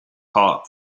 heart